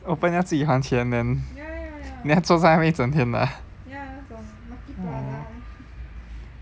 open 要自己还钱 then then 坐在那边整天的啊 orh